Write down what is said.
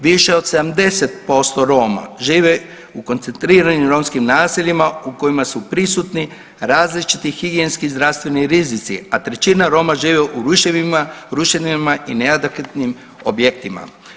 Više od 70% Roma žive u koncentriranim romskim naseljima u kojima su prisutni različiti higijenski zdravstveni rizici, a trećina Roma živi u ruševinama i neadekvatnim objektima.